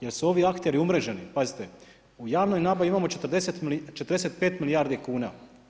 Jer su ovi akteri umreženi, pazite. u javnoj nabavi imamo 45 milijardi kuna.